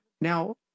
Now